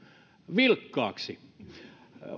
vilkkaaksi